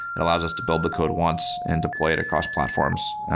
it allows us to build the code once and deploy it across platforms.